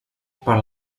per